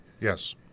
Yes